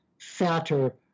fatter